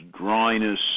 dryness